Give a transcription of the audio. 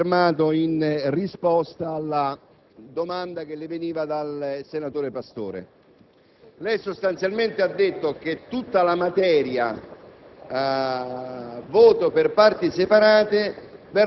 mi riallaccio a quanto lei ha appena affermato in risposta alla domanda che le veniva dal senatore Pastore: lei, sostanzialmente, ha detto che tutta la materia